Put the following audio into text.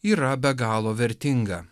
yra be galo vertinga